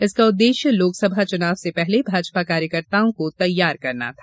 इसका उद्देश्य लोकसभा चुनाव से पहले भाजपा कार्यकर्ताओं को तैयार करना है